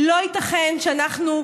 לא ייתכן שאנחנו,